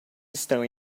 estão